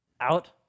out